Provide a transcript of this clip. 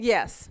Yes